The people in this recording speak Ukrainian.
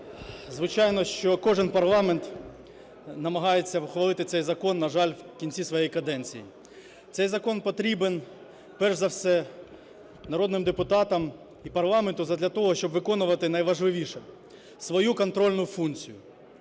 Звичайно, що кожен парламент намагається ухвалити цей закон, на жаль, в кінці своєї каденції. Цей закон потрібен перш за все народним депутатам і парламенту задля того, щоб виконувати найважливіше – свою контрольну функцію.